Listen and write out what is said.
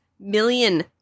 million